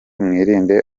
mwirinde